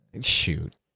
Shoot